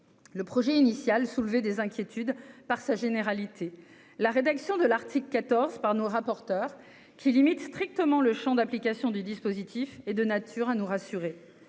le projet initial soulever des inquiétudes par sa généralité, la rédaction de l'article 14 par nos rapporteurs qui limitent strictement le Champ d'application du dispositif est de nature à nous rassurer